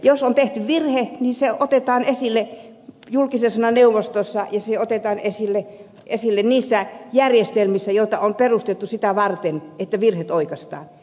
jos on tehty virhe niin se otetaan esille julkisen sanan neuvostossa ja se otetaan esille niissä järjestelmissä joita on perustettu sitä varten että virheet oikaistaan